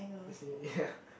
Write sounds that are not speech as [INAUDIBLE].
I see ya [LAUGHS]